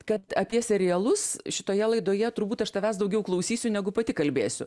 kad apie serialus šitoje laidoje turbūt aš tavęs daugiau klausysiu negu pati kalbėsiu